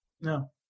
No